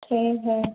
ठीक है